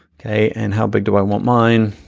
okay and how big do i want mine?